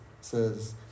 says